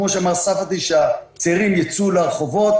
כמו שמר ספדי אמר שהצעירים ייצאו לרחובות.